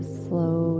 slow